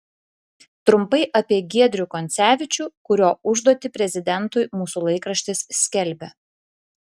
trumpai apie giedrių koncevičių kurio užduotį prezidentui mūsų laikraštis skelbia